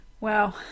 Wow